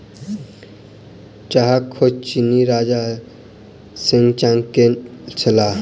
चाहक खोज चीनी राजा शेन्नॉन्ग केने छलाह